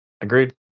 agreed